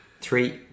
Three